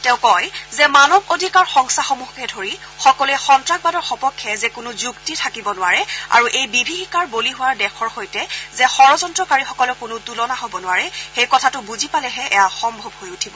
তেওঁ কয় যে মানৱ অধিকাৰ সংস্থাসমূহকে ধৰি সকলোৱে সন্নাসবাদৰ সপক্ষে যে কোনো যুক্তি থাকিব নোৱাৰে আৰু এই বিভীষিকাৰ বলি হোৱাৰ দেশৰ সৈতে যে ষড্যন্ত্ৰকাৰীসকলৰ কোনো তুলনা হ'ব নোৱাৰে সেই কথাটো বুজি পালেহে এয়া সম্ভৱ হৈ উঠিব